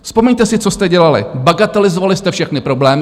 Vzpomeňte si, co jste dělali bagatelizovali jste všechny problémy.